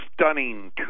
stunning